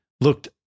looked